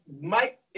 Mike